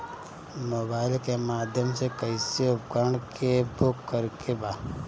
Mobile के माध्यम से कैसे उपकरण के बुक करेके बा?